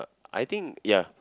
I think ya